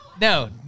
No